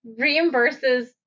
reimburses